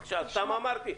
בבקשה, דנה.